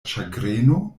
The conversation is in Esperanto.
ĉagreno